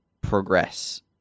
progress